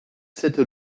cette